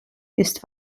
ist